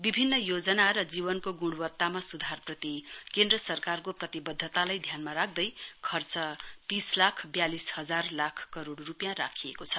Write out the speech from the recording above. विभिन्न योजना र जीवनको गुणवत्तामा सुधारप्रति केन्द्रह सरकारको प्रतिबद्धतालाई ध्यानमा राख्दै खर्च तीस लाख व्यालिस हजार लाख करोड रूपियाँ राखिएको छ